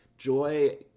Joy